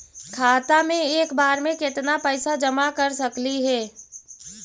खाता मे एक बार मे केत्ना पैसा जमा कर सकली हे?